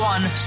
One